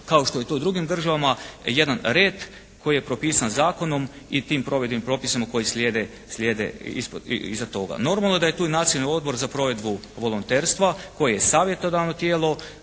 kao što je to u drugim državama jedan red koji je propisan zakonom i tim provedbenim propisima koji slijede iza toga. Normalno da je tu i Nacionalni odbor za provedbu volonterstva koji je savjetodavno tijelo